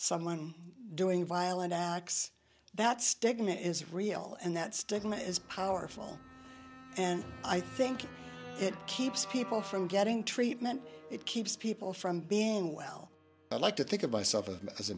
someone doing violent acts that stigma is real and that stigma is powerful and i think it keeps people from getting treatment it keeps people from being well i like to think of myself as a a